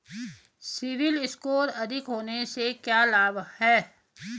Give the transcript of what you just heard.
CIBIL score अधिक होने से क्या लाभ हैं?